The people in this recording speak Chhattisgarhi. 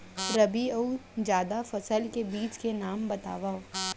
रबि अऊ जादा फसल के बीज के नाम बताव?